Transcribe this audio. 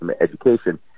education